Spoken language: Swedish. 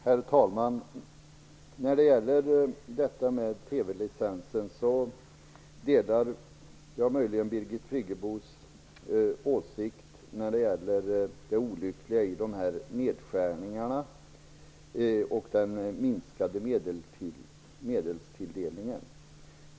Herr talman! När det för det första gäller TV licensen delar jag möjligen Birgit Friggebos åsikt om det olyckliga i nedskärningarna och den minskade medelstilldelningen.